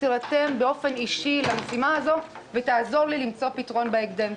אני מבקשת שתירתם באופן אישי למשימה הזו ותעזור לי למצוא פתרון בהקדם.